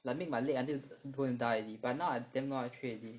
like make my leg until going to die already but now I damn long never train already